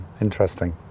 Interesting